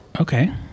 okay